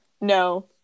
No